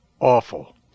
awful